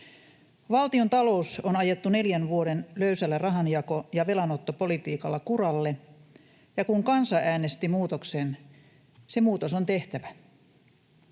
Valtiontalous on ajettu neljän vuoden löysällä rahanjako- ja velanottopolitiikalla kuralle, ja kun kansa äänesti muutoksen, se muutos on tehtävä.